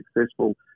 successful